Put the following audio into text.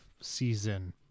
season